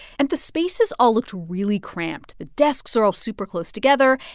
and the spaces all looked really cramped. the desks are all super close together.